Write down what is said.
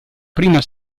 prima